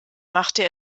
machte